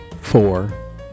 Four